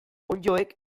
onddoek